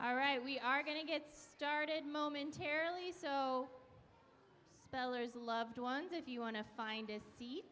all right we are going to get started momentarily so spellers loved ones if you want to find a seat